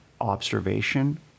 observation